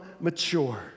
mature